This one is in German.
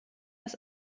das